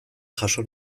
jaso